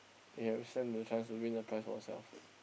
you stand a chance to win a prize for yourself